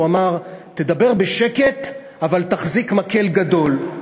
הוא אמר: תדבר בשקט אבל תחזיק מקל גדול.